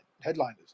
headliners